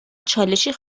چالشی